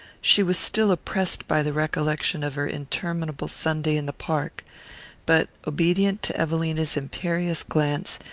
she was still oppressed by the recollection of her interminable sunday in the park but, obedient to evelina's imperious glance,